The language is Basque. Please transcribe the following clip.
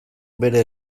bere